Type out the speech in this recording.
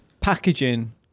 packaging